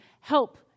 help